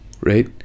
right